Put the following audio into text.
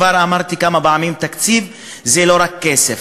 כבר אמרתי כמה פעמים: תקציב זה לא רק כסף,